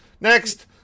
Next